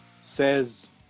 says